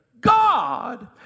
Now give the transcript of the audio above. God